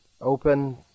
open